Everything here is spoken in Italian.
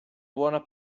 buona